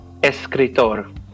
Escritor